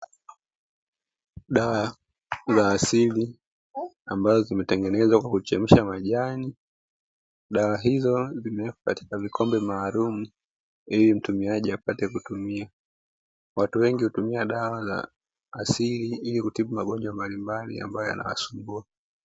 Dawa za asili ambazo zimetengenezwa kwa kuchemsha majani, dawa hizo zimewekwa katika vikombe maalumu ili mtumiaji apate kutumia ;watu wengi hutumia dawa za asili ili kutibu magonjwa mbalimbali ambayo yanawasumbua.